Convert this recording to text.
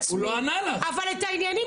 עד עכשיו